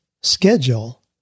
schedule